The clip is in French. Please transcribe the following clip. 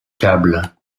câble